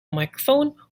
microphone